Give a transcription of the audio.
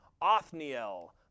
Othniel